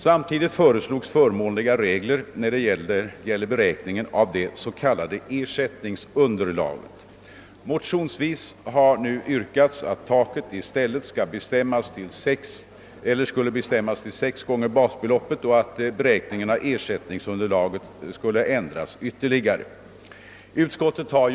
Samtidigt föreslogs förmånliga regler när det gäller beräkningen av det s.k. ersättningsunderlaget. Motionsvis har nu yrkats att taket skulle bestämmas till sex gånger basbeloppet och att beräkningen av ersättningsunderlaget ytterligare skulle ändras.